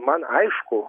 man aišku